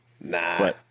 Nah